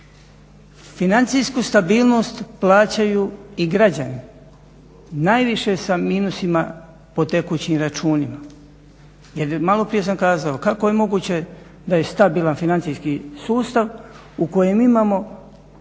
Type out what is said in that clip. Financijsku stabilnost plaćaju i građani, najviše sa minusima po tekućim računima jer maloprije sam kazao, kako je moguće da je stabilan financijski sustav u kojem imamo